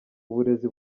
uburezi